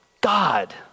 God